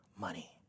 money